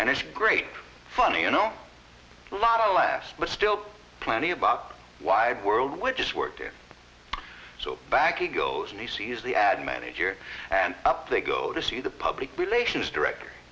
and it's great fun you know a lot of laughs but still plenty about why the world would just work here so back in goes and he sees the ad manager and up they go to see the public relations director